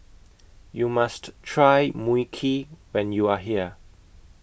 YOU must Try Mui Kee when YOU Are here